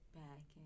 back